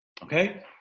Okay